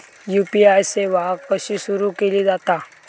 UPI सेवा कशी सुरू केली जाता?